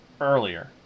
earlier